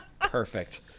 Perfect